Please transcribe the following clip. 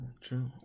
true